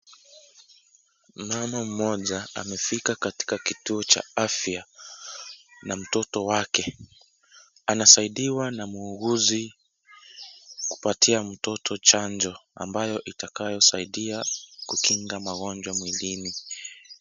Mama mmoja amefika katika kituo cha afya na mtoto wake. Anasaidiwa na muguzi kupatia mtoto chanjo ambayo itakayo saidia kukinga magonjwa mwilini.